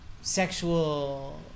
Sexual